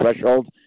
threshold